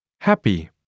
Happy